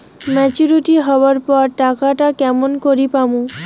Maturity হবার পর টাকাটা কেমন করি পামু?